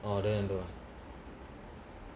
orh then I don't want